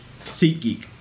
SeatGeek